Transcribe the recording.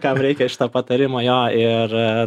kam reikia šito patarimo jo ir